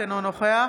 אינו נוכח